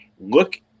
Look